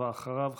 ואחריו,